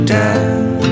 down